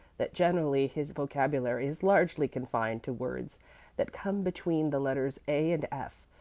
that generally his vocabulary is largely confined to words that come between the letters a and f,